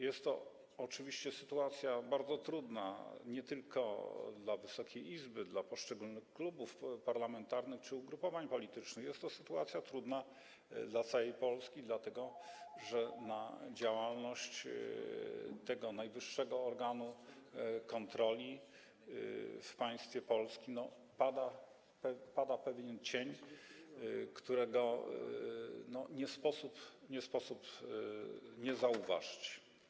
Jest to oczywiście sytuacja bardzo trudna, nie tylko dla Wysokiej Izby, dla poszczególnych klubów parlamentarnych czy ugrupowań politycznych, jest to sytuacja trudna dla całej Polski, dlatego że na działalność tego najwyższego organu kontroli w państwie polskim pada pewien cień, którego nie sposób nie zauważyć.